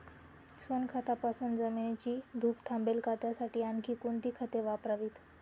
सोनखतापासून जमिनीची धूप थांबेल का? त्यासाठी आणखी कोणती खते वापरावीत?